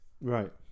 Right